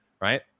right